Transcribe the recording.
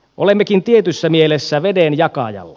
olemmekin tietyssä mielessä vedenjakajalla